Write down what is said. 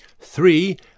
three